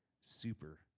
super